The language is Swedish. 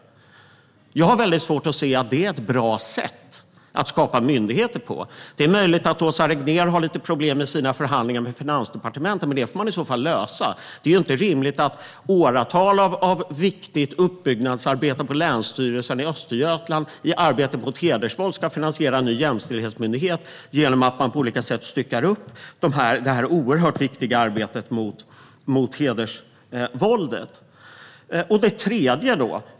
Jag har väldigt svårt att se att detta skulle vara ett bra sätt att skapa myndigheter på. Det är möjligt att Åsa Regnér har lite problem i sina förhandlingar med Finansdepartementet, men det får man i så fall lösa. Det är inte rimligt att åratal av viktigt uppbyggnadsarbete på Länsstyrelsen i Östergötlands län i arbetet mot hedersvåld ska finansiera en ny jämställdhetsmyndighet genom att man på olika sätt styckar upp det oerhört viktiga arbetet mot hedersvåldet.